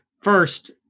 first